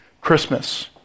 Christmas